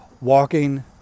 walking